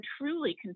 truly